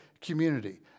community